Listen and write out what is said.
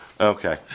Okay